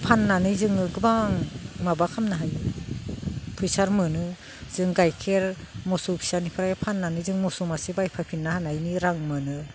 फाननानै जोङो गोबां माबा खालामनो फैसा मोनो जों गाइखेर मोसौ फिसानिफ्राय फाननानै जों मोसौ मासे बायफाफिननो हानायनि रां मोनो